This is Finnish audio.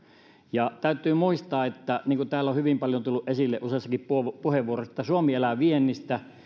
ja täytyy muistaa niin kuin täällä on hyvin paljon tullut esille useissakin puheenvuoroissa että suomi elää viennistä